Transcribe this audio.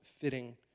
fitting